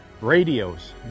Radios